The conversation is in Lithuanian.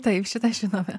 taip šitą žinome